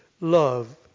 love